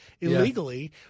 illegally